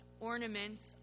ornaments